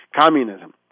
communism